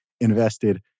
invested